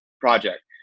project